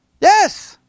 yes